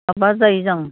माबा जायो जों